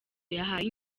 yahaye